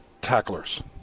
tacklers